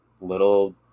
little